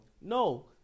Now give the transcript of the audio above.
No